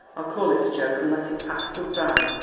i'll call it a joke and let it pass! good-bye!